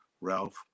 Ralph